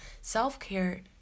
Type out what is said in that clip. self-care